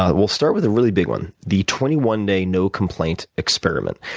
ah we'll start with a really big one, the twenty one day no complaint experiment.